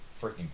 freaking